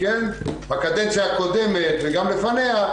בקדנציה הקודמת וגם לפניה,